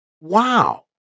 Wow